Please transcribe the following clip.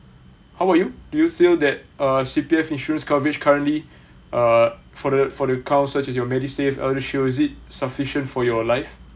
how about you do you feel that uh C_P_F insurance coverage currently err for the for the current such as your MediSave ElderShield is it sufficient for your life